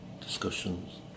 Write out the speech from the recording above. discussions